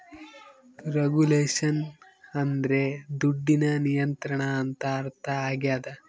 regulation ಅಂದ್ರೆ ದುಡ್ಡಿನ ನಿಯಂತ್ರಣ ಅಂತ ಅರ್ಥ ಆಗ್ಯದ